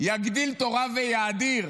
יגדיל תורה ויאדיר